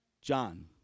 John